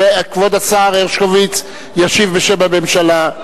כבוד השר הרשקוביץ ישיב בשם הממשלה,